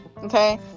Okay